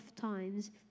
times